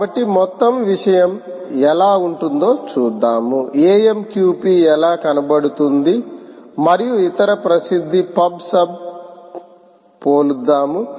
కాబట్టి మొత్తం విషయం ఎలా ఉంటుందో చూద్దాము AMQP ఎలా కనబడుతుంది మరియు ఇతర ప్రసిద్ధ పబ్ సబ్తో పోలుద్దాము